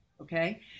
Okay